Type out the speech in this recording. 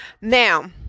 now